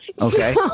okay